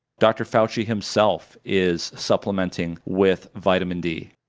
dr. fauci himself is supplementing with vitamin d,